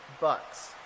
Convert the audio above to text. bucks